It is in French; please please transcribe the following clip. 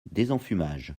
désenfumage